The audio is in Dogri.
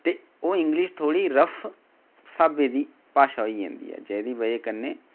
ते ओह् इंगलिश स्हाबै दी भाशा होई जंदी एह्दी बजह् कन्नै